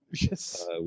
Yes